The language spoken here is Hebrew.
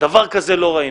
כזה לא ראינו.